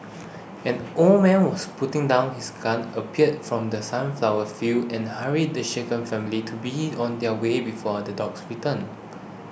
an old man who was putting down his gun appeared from the sunflower fields and hurried the shaken family to being on their way before the dogs return